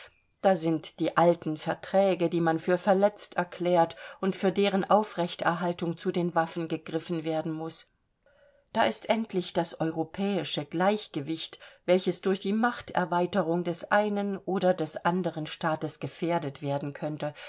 da sind die alten verträge die man für verletzt erklärt und für deren aufrechterhaltung zu den waffen gegriffen werden muß da ist endlich das europäische gleichgewicht welches durch die machterweiterung des einen oder des anderen staates gefährdet werden könnte